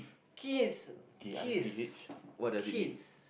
kith kith kith